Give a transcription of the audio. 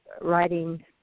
writing